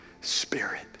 Spirit